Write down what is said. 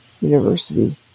university